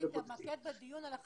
וגם כמובן מסי מעביד.